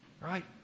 right